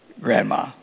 grandma